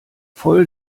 voll